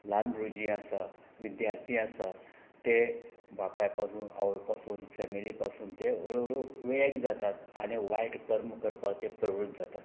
ल्हान भुरगीं जीं आसा विद्यार्ती आसा ते बापाय पासून आवय पासून फॅमिली पासून ते हळुहळू वेग जातात आनी वायट कर्म करपाक ते प्रवृत्त जातात